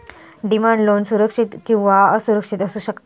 demand loan सुरक्षित किंवा असुरक्षित असू शकता